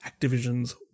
Activision's